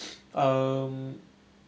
um